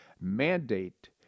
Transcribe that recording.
mandate